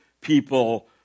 people